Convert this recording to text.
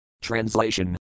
Translation